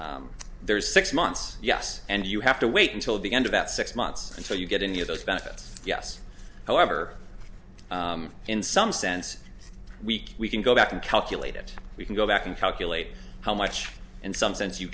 there's six months yes and you have to wait until the end of that six months until you get any of those benefits yes however in some sense week we can go back and calculate it we can go back and calculate how much in some sense you